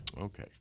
Okay